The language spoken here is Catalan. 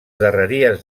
darreries